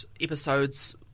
episodes